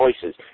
choices